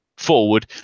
forward